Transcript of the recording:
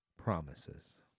promises